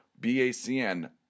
BACN